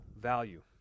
value